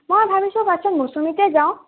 মই ভাবিছোঁ ফাষ্টত মৌচুমীতে যাওঁ